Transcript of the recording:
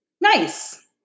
Nice